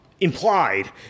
Implied